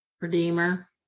Redeemer